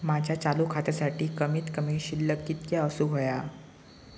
माझ्या चालू खात्यासाठी कमित कमी शिल्लक कितक्या असूक होया?